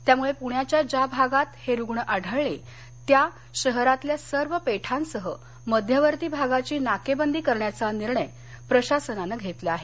त्यामुळं पूण्याच्या ज्या भागात हे रुग्ण आढळले त्या शहरातल्या सर्व पेठांसह मध्यवर्ती भागाची नाकेबंदी करण्याचा निर्णय प्रशासनानं घेतला आहे